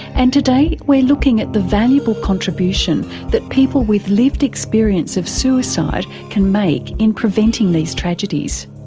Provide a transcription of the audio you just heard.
and today we're looking at the valuable contribution that people with lived experience of suicide can make in preventing these tragedies.